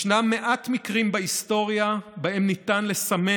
ישנם מעט מקרים בהיסטוריה שבהם ניתן לסמן